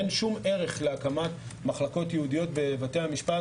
אין שום ערך להקמת מחלקות ייעודיות בבתי המשפט